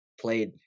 played